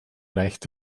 reicht